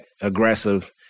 aggressive